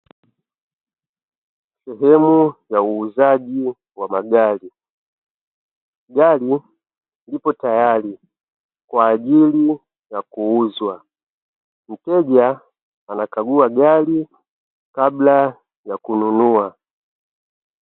Sehemu ya uuzaji wa magari, gari lipo tayari kwa ajili ya kuuzwa. Mteja anakagua gari kabla ya kununua.